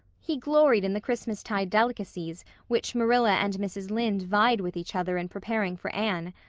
he gloried in the christmas-tide delicacies which marilla and mrs. lynde vied with each other in preparing for anne,